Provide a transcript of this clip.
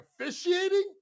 officiating